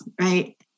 right